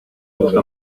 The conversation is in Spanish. gusta